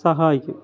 സഹായിക്കും